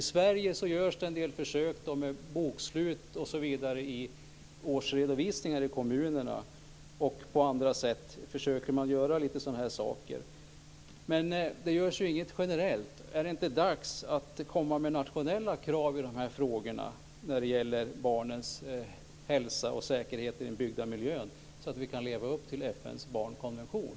I Sverige görs det en del försök. Med bokslut osv. i årsredovisningar i kommunerna och på andra sätt försöker man göra lite. Men det görs inget generellt. Är det inte dags att komma med nationella krav i dessa frågor när det gäller barnens hälsa och säkerhet i den byggda miljön, så att vi kan leva upp till FN:s barnkonvention?